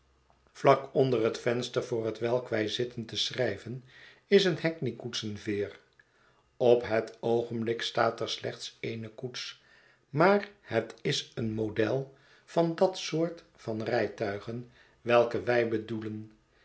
vlak onder het venster voor hetwelk wij zitten te schrijven is een hackney koetsen veer op het oogenblik staat er slechts eene koets maar het is een model van dat soort van rijtuigen welke wij bedoelden